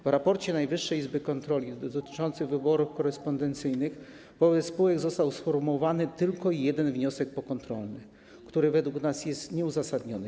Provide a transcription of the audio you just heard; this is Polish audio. W raporcie Najwyższej Izby Kontroli dotyczącym wyborów korespondencyjnych wobec spółek został sformułowany tylko jeden wniosek pokontrolny, który według nas jest nieuzasadniony.